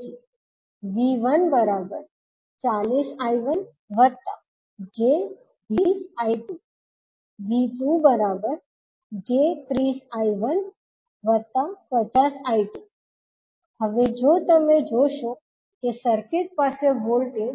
તેથી V140I1j20I2 V2j30I150I2 હવે જો તમે જોશો કે સર્કિટ પાસે વોલ્ટેજ